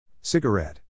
Cigarette